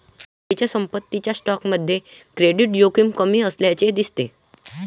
पूर्वीच्या पसंतीच्या स्टॉकमध्ये क्रेडिट जोखीम कमी असल्याचे दिसते